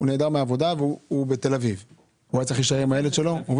הוא היה צריך להישאר עם הילד שלו.